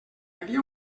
havia